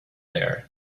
there